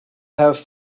have